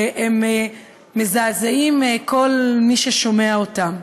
והם מזעזעים את כל מי ששומע אותם.